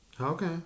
Okay